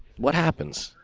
what happens?